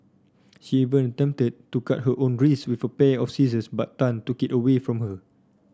she even attempted to cut her own wrists with a pair of scissors but Tan took it away from her